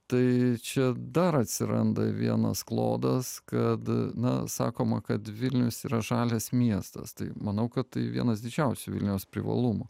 tai čia dar atsiranda vienas klodas kad na sakoma kad vilnius yra žalias miestas tai manau kad vienas didžiausių vilniaus privalumų